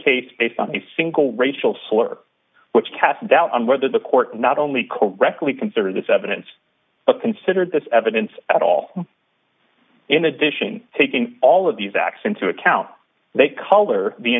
case based on a single racial slur which casts doubt on whether the court not only correctly considered this evidence but considered this evidence at all in addition taking all of these facts into account they color the